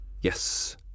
Yes